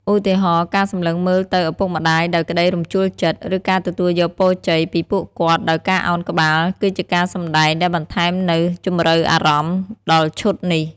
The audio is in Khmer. ឧទាហរណ៍ ការសម្លឹងមើលទៅឪពុកម្តាយដោយក្តីរំជួលចិត្ត ឬការទទួលយកពរជ័យពីពួកគាត់ដោយការឱនក្បាល គឺជាការសម្ដែងដែលបន្ថែមនូវជម្រៅអារម្មណ៍ដល់ឈុតនេះ។